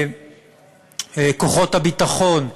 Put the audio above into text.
כוחות הביטחון,